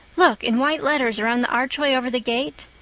look in white letters, around the archway over the gate.